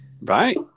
Right